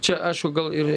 čia aišku gal ir